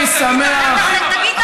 זהו, תגיד תרנגולים,